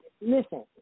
Listen